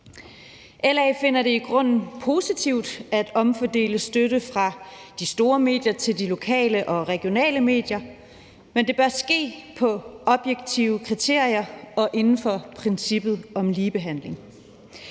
LA finder det i grunden positivt at omfordele støtte fra de store medier til de lokale og regionale medier, men det bør ske ud fra objektive kriterier og inden for princippet om ligebehandling.